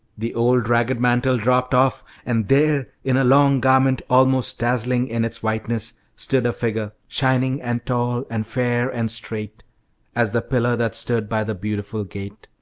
the old ragged mantle dropped off, and there in a long garment almost dazzling in its whiteness, stood a figure shining and tall, and fair, and straight as the pillar that stood by the beautiful gate.